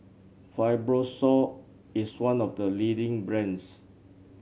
Fibrosol is one of the leading brands